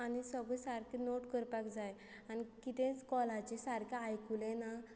आनी सगळे सारकें नोट करपाक जाय आनी कितेंच कॉलाचें सारकें आयकुलें ना